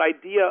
idea